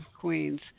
Queens